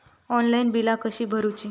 Online बिला कशी भरूची?